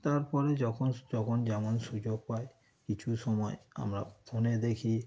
তার পরে যখন যখন যেমন সুযোগ পাই কিছু সময় আমরা ফোনে দেখি